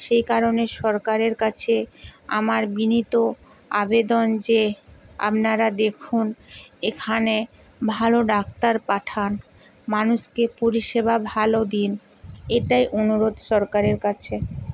সেই কারণে সরকারের কাছে আমার বিনীত আবেদন যে আপনারা দেখুন এখানে ভালো ডাক্তার পাঠান মানুষকে পরিষেবা ভালো দিন এটাই অনুরোধ সরকারের কাছে